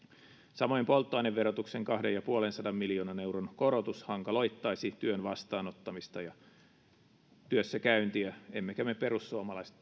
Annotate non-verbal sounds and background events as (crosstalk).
samoin polttoaineverotuksen kahden ja puolensadan miljoonan euron korotus hankaloittaisi työn vastaanottamista ja työssäkäyntiä emmekä me perussuomalaiset (unintelligible)